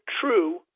true